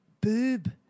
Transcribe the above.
boob